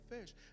fish